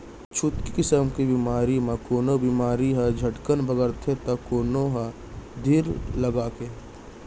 छुतही किसम के बेमारी म कोनो बेमारी ह झटकन बगरथे तौ कोनो ह धीर लगाके